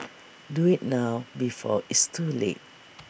do IT now before it's too late